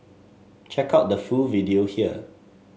check out the full video here